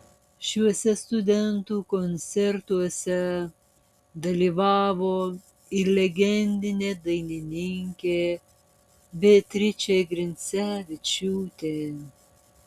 šiuose studentų koncertuose dalyvavo ir legendinė dainininkė beatričė grincevičiūtė